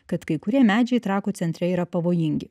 kad kai kurie medžiai trakų centre yra pavojingi